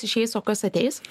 išeis o kas ateis